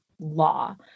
law